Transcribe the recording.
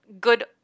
good